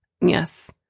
yes